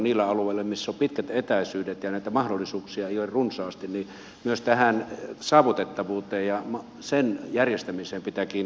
niillä alueilla missä on pitkät etäisyydet ja näitä mahdollisuuksia ei ole runsaasti myös tähän saavutettavuuteen ja sen järjestämiseen pitää kiinnittää huomiota